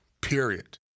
period